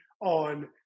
on